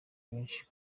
benshi